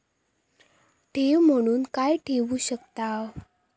ठेव म्हणून काय ठेवू शकताव?